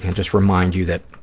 just remind you that